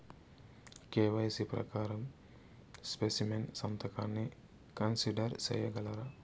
KYC ప్రకారం specimen సంతకాన్ని consider సేయగలరా?